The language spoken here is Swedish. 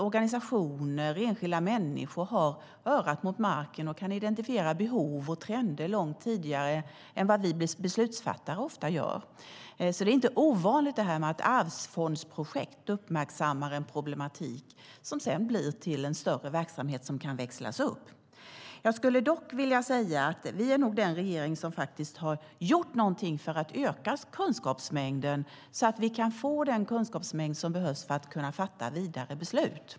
Organisationer och enskilda människor har örat mot marken och kan identifiera behov och trender ofta långt innan vi beslutsfattare gör det. Det är alltså inte ovanligt att arvsfondsprojekt uppmärksammar en problematik som sedan blir till en större verksamhet, till sådant som kan växlas upp. Jag skulle vilja säga att den nuvarande regeringen är den som gjort någonting för att öka kunskapsmängden, så att vi får den kunskapsmängd som behövs för att kunna fatta vidare beslut.